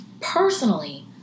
personally